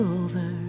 over